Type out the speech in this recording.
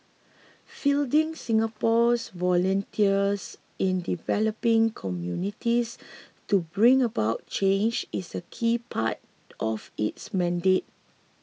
fielding Singapore's volunteers in developing communities to bring about change is a key part of its mandate